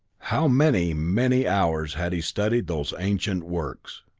how many, many hours had he studied those ancient works!